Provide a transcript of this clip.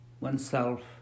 oneself